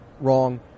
Wrong